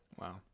Wow